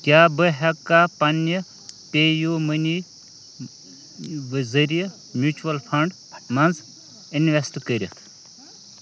کیٛاہ بہٕ ہٮ۪کا پنٛنہِ پے یوٗ مٔنی ذٔریعہٕ میوٗچوَل فنڈ منٛز اِنوٮ۪سٹ کٔرِتھ